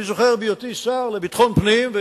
אני זוכר שבהיותי שר לביטחון פנים,